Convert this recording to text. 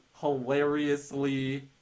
hilariously